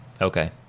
Okay